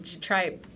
try